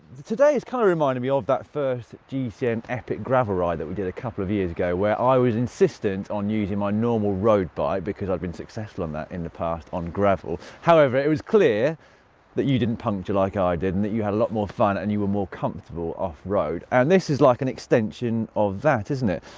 today is kind of reminding me of that first gcn epic gravel ride that we did a couple of years ago, where i was insistent on using my normal road bike because i'd been successful on that in the past on gravel. however, it was clear that you didn't puncture like i did and that you had a lot more fun and you were more comfortable off-road. and this is like an extension of that, isn't it?